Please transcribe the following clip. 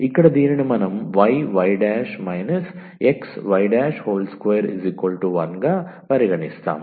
ఇక్కడ దీనిని మనం yy xy21 గా పరిగణిస్తాము